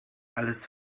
alles